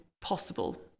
possible